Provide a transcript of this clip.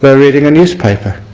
but reading a newspaper.